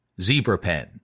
ZebraPen